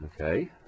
Okay